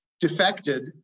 defected